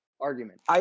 argument